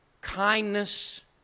kindness